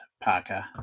Parker